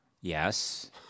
Yes